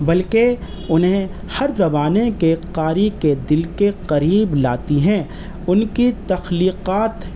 بلکہ انہیں ہر زبانیں کے قاری کے دل کے قریب لاتی ہیں ان کی تخلیقات